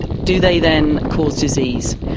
do they then cause disease?